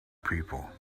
people